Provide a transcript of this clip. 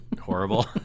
horrible